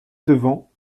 devant